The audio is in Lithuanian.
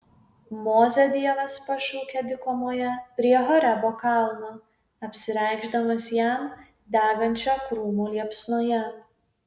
mozę dievas pašaukia dykumoje prie horebo kalno apsireikšdamas jam degančio krūmo liepsnoje